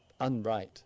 unright